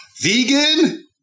vegan